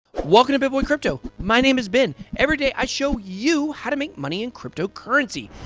welcome to bitboy crypto! my name is ben. everyday, i show you how to make money in cryptocurrency.